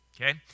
Okay